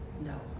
No